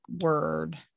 Word